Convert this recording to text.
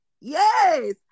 Yes